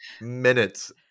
minutes